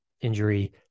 injury